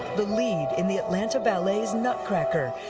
the lead in the atlanta ballet's nut cracker.